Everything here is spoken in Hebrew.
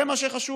זה מה שחשוב,